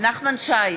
נחמן שי,